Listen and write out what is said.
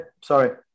sorry